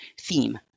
theme